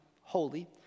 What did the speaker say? Holy